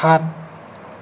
সাত